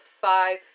five